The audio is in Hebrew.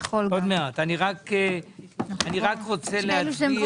הגוף היחידי שיהיה מוסמך לאשר כזה שינוי הוא הכנסת.